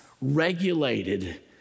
regulated